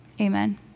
Amen